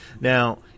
Now